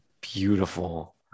beautiful